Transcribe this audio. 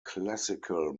classical